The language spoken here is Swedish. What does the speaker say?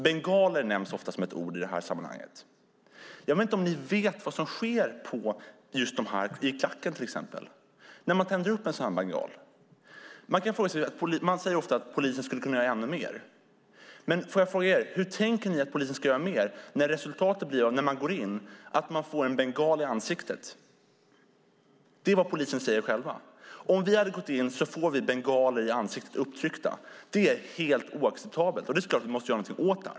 Bengaler nämns ofta i sammanhanget. Vet ni vad som sker i klacken när en bengal tänds? Man säger ofta att polisen skulle kunna göra ännu mer. Men får jag fråga er: Hur tänker ni att polisen ska göra mer när resultatet blir att man får en bengal i ansiktet när man går in? Det är vad polisen själv säger: Om vi går in får vi bengaler upptryckta i ansiktet. Det är helt oacceptabelt, och det är klart att vi måste göra någonting åt det.